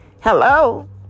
Hello